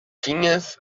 tinhas